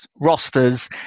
rosters